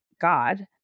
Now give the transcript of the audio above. God